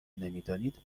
نمیدانید